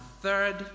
third